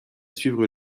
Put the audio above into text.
suivre